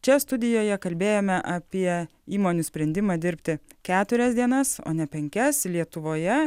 čia studijoje kalbėjome apie įmonių sprendimą dirbti keturias dienas o ne penkias lietuvoje